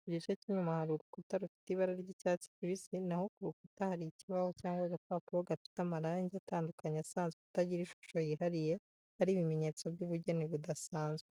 Ku gice cy'inyuma hari urukuta rufite ibara ry'icyatsi kibisi naho ku rukuta hari ikibaho cyangwa agapapuro gafite amarangi atandukanye asanzwe atagira ishusho yihariye, ari ibimenyetso by'ubugeni budasanzwe.